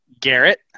Garrett